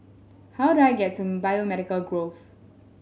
how do I get to Biomedical Grove